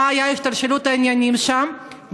מה הייתה השתלשלות העניינים שם,